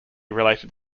related